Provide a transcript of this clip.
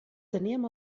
teníem